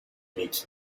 meet